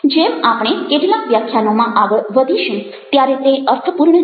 જેમ આપણે કેટલાક વ્યાખ્યાનોમાં આગળ વધીશું ત્યારે તે અર્થપૂર્ણ છે